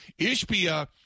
Ishbia